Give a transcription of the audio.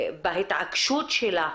בהתעקשות שלה